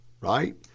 right